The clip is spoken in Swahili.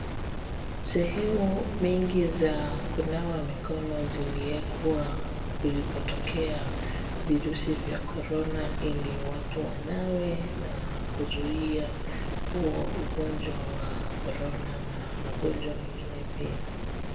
Sehemu mingi za kunawa mikono ziliekwa kulipotokea virusi vya korona ili watu wanawe na kuzuia huo ugonjwa wa corona na magonjwa mengine pia.